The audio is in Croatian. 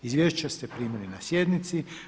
Izvješća ste primili na sjednici.